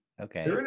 Okay